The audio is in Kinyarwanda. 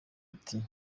ati